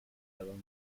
will